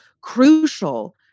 crucial